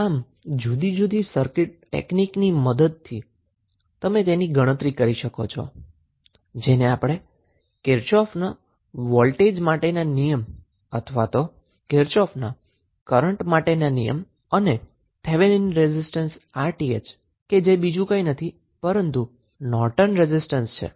આમ જુદી જુદી સર્કીટ ટેકનીકની મદદથી તમે તેની ગણતરી કરી શકો છો જેમ કે આપણે કિર્ચોફના વોલ્ટેજ માટેનો નિયમ અથવા કિર્ચોફના કરન્ટ માટેના નિયમ અને થેવેનીન રેઝિસ્ટન્સ 𝑅𝑇ℎ જે બીજું કંઈ નથી પરંતુ નોર્ટન રેઝિસ્ટન્સ છે